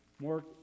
more